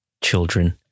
children